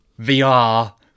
VR